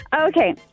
Okay